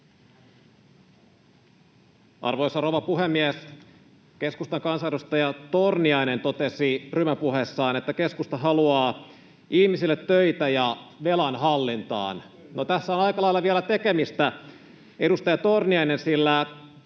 Arvoisa rouva puhemies! Keskustan kansanedustaja Torniainen totesi ryhmäpuheessaan, että keskusta haluaa ihmisille töitä ja velan hallintaan. [Ari Torniainen: Kyllä!] — No tässä on aika lailla vielä tekemistä, edustaja Torniainen, sillä